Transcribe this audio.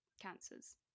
cancers